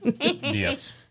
Yes